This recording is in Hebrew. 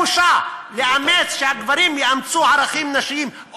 אלא שזו לא בושה שהגברים יאמצו ערכים נשיים,